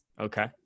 Okay